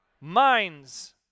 Minds